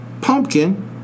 Pumpkin